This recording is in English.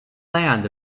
land